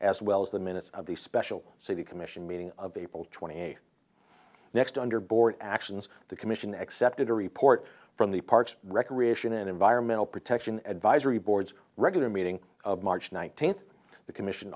as well as the minutes of the special city commission meeting of april twenty eighth next under board actions the commission accepted a report from the parks recreation and environmental protection advisory boards regular meeting march nineteenth the commission